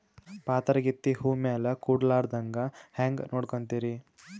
ಪಾತರಗಿತ್ತಿ ಹೂ ಮ್ಯಾಲ ಕೂಡಲಾರ್ದಂಗ ಹೇಂಗ ನೋಡಕೋತಿರಿ?